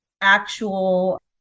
actual